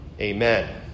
Amen